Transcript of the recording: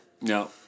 No